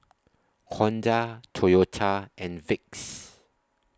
Honda Toyota and Vicks